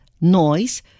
noise